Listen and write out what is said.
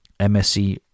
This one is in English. MSC